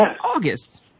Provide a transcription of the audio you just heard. August